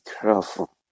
careful